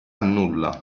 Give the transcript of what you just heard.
nulla